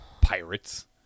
pirates